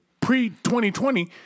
Pre-2020